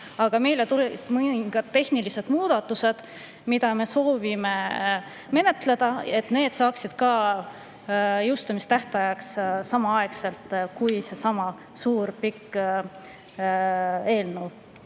Aga meile tulid mõningad tehnilised muudatused, mida me soovime menetleda, et need saaksid jõustuda samal tähtajal kui seesama suur, pikk eelnõu